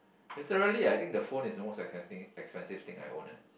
literally I think the phone is almost expensive expensive thing I owned